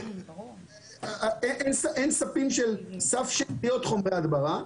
אין סף שאריות חומרי הדברה.